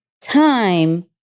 time